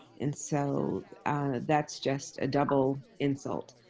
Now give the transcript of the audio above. and so that's just a double insult.